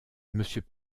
monsieur